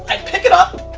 i pick it up.